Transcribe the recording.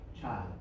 child